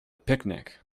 picnic